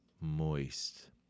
Moist